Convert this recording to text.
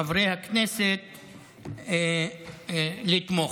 מחברי הכנסת לתמוך.